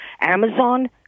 Amazon